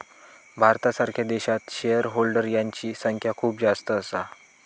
भारतासारख्या देशात shareholder यांची संख्या खूप जास्त असा